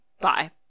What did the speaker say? Bye